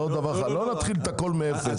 לא נתחיל הכול מאפס.